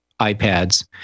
iPads